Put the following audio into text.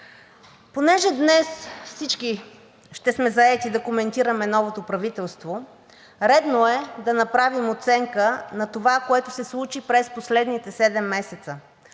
Понеже днес всички ще сме заети да коментираме новото правителство, редно е да направим оценка на това, което се случи през последните седем месеца.